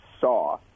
saw